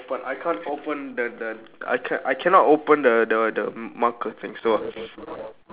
but I can't open the the I can I cannot open the the the marker thing so